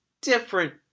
different